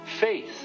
Faith